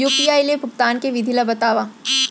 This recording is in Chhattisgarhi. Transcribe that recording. यू.पी.आई ले भुगतान के विधि ला बतावव